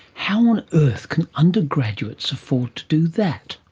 how on earth can undergraduates afford to do that?